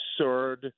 absurd